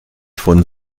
von